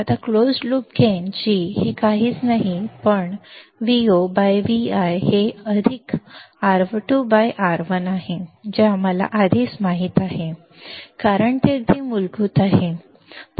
आता closed loop gain G हे काहीच नाही पण Vo by Vi हे 1 अधिक R2 R1 आहे जे आम्हाला आधीच माहित आहे कारण ते अगदी मूलभूत आहे